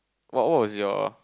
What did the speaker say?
oh what was your